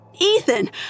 Ethan